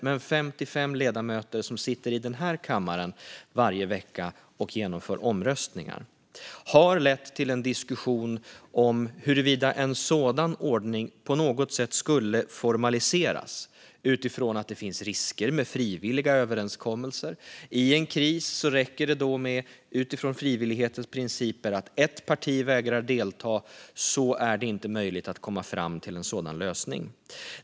Men 55 ledamöter satt i den här kammaren varje vecka och genomförde omröstningarna. Diskussionen gäller huruvida en sådan ordning skulle formaliseras på något sätt, utifrån att det finns risker med frivilliga överenskommelser. Vid en kris räcker det, utifrån frivillighetens principer, att ett parti vägrar att delta, och då är det inte möjligt att komma fram till en sådan lösning.